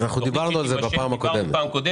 דיברנו על זה בדיון הקודם.